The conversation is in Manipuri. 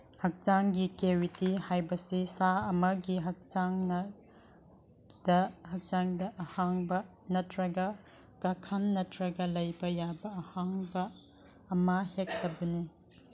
ꯍꯛꯆꯥꯡꯒꯤ ꯀꯦꯕꯤꯇꯤ ꯍꯥꯏꯕꯁꯤ ꯁꯥ ꯑꯃꯒꯤ ꯍꯛꯆꯥꯡꯗ ꯑꯍꯥꯡꯕ ꯅꯠꯇ꯭ꯔꯒ ꯀꯥꯈꯟ ꯅꯠꯇ꯭ꯔꯒ ꯂꯩꯕ ꯌꯥꯕ ꯑꯍꯥꯡꯕ ꯑꯃ ꯍꯦꯛꯇꯕꯨꯅꯤ